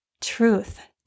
truth